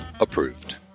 approved